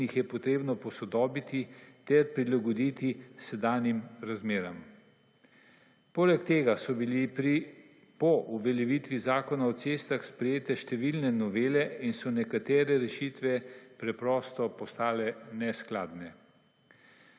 in jih je potrebno posodobiti ter prilagoditi sedanjim razmeram. Poleg tega so bili pri po uveljavitvi Zakona o cestah sprejete številne novele in so nekatere rešitve preprosto postale neskladne.